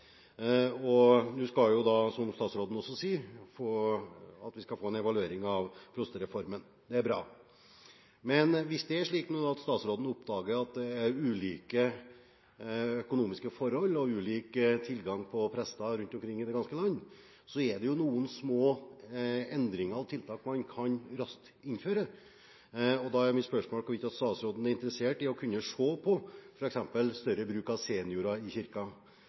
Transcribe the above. Nå skal vi, som statsråden også sier, få en evaluering av prostereformen, og det er bra. Hvis det er slik nå at statsråden oppdager at det er ulike økonomiske forhold og ulik tilgang på prester rundt i det ganske land, er det noen små endringer og tiltak man raskt kan innføre. Da er mitt spørsmål hvorvidt statsråden er interessert i å kunne se på f.eks. større bruk av seniorer i